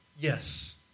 Yes